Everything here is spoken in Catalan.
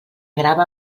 grava